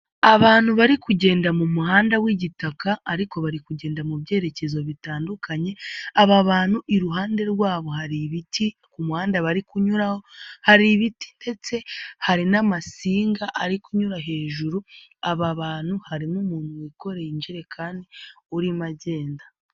Abantu bari kugenda mu muhanda w'igitaka ariko bari kugenda mu byerekezo bitandukanye, aba bantu iruhande rwabo hari ibiti ku muhanda bari kunyuraraho, hari ibiti ndetse hari n'amasinga ari kunyura hejuru, aba bantu harimo umuntu wikoreye injerekani urimo agenda.